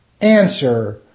Answer